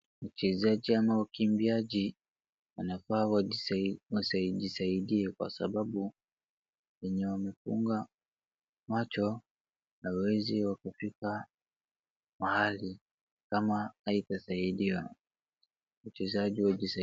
Mchezaji ama wakimbiaji wanafaa wajisaidie kwa sababu wenye wamefunga macho hawawezi wakafika mahali kama haijasaidiwa wachezaji wajisaidie.